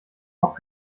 bock